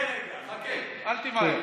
חכה רגע, חכה, אל תמהר.